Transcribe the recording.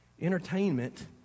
Entertainment